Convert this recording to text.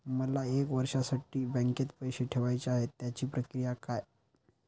मला एक वर्षासाठी बँकेत पैसे ठेवायचे आहेत त्याची प्रक्रिया काय?